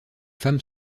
femmes